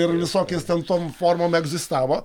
ir visokiais ten tom formom egzistavo